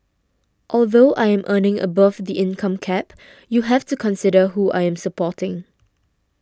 although I am earning above the income cap you have to consider who I am supporting